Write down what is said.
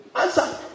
Answer